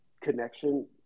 connection